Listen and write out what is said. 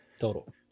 total